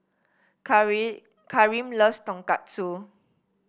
Karim loves Tonkatsu